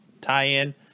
tie-in